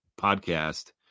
podcast